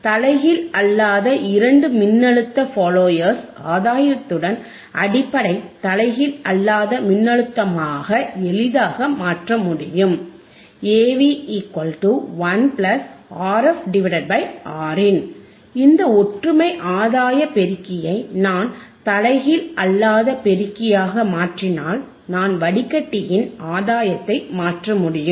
தலைகீழ் அல்லாத இரண்டு மின்னழுத்த ஃபாலோயர்ஸ் ஆதாயத்துடன் அடிப்படை தலைகீழ் அல்லாத மின்னழுத்தமாக எளிதாக மாற்ற முடியும் Av 1RfRin இந்த ஒற்றுமை ஆதாய பெருக்கியை நான் தலைகீழ் அல்லாத பெருக்கியாக மாற்றினால் நான் வடிகட்டியின் ஆதாயத்தை மாற்ற முடியும்